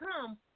come